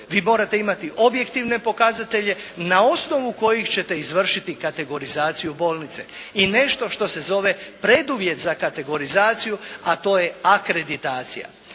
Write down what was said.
Vi morate imati objektivne pokazatelje na osnovu kojih ćete izvršiti kategorizaciju bolnice i nešto što se zove preduvjet za kategorizaciju, a to je akreditacija.